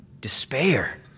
despair